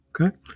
Okay